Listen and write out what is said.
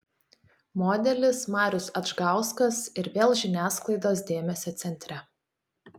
modelis marius adžgauskas ir vėl žiniasklaidos dėmesio centre